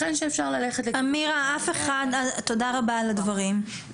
מירה, תודה רבה על הדברים.